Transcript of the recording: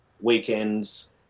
weekends